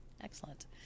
Excellent